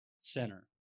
Center